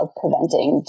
preventing